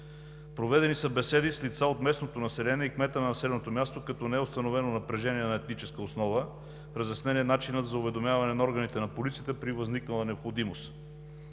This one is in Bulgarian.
Проведени са беседи и с лица от местното население, и с кмета на населеното място, като не е установено напрежение на етническа основа. Разяснен е начинът за уведомяване органите на полицията при възникнала необходимост.